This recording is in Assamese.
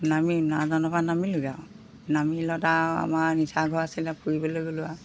নামি নাওজানৰ পৰা নামিলোগৈ আৰু নামিলত আৰু আমাৰ নিচা ঘৰ আছিলে ফুৰিবলৈ গ'লোঁ আৰু